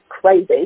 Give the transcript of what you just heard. crazy